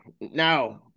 no